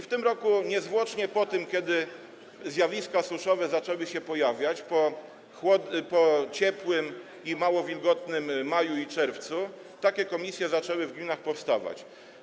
W tym roku niezwłocznie po tym, kiedy zjawiska suszowe zaczęły się pojawiać, po ciepłym i mało wilgotnym maju i czerwcu, takie komisje zaczęły w gminach powstawać.